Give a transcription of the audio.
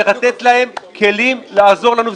צריך לתת להם כלים לעזור לנו.